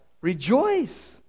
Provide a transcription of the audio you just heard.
Rejoice